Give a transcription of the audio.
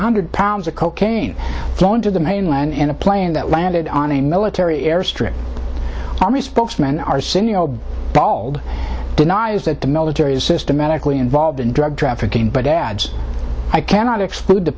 hundred pounds of cocaine flowing to the mainland in a plane that landed on a military airstrip army spokesman arsenault bald denies that the military is systematically involved in drug trafficking but adds i cannot exclude the